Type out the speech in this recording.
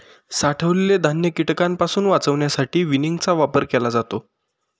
साठवलेले धान्य कीटकांपासून वाचवण्यासाठी विनिंगचा वापर केला जातो